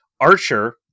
Archer